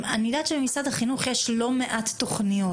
אני יודעת שבתוך משרד החינוך יש לא מעט תוכנית,